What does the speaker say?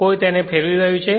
કોઈ તેને ફેરવી રહ્યું છે